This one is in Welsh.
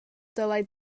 dylai